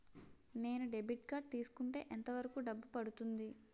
నేను debit card తీసుకుంటే ఎంత వరకు డబ్బు పడుతుంది?